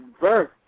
birth